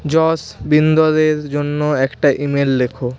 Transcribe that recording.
যশবিন্দরের জন্য একটা ইমেল লেখো